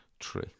Three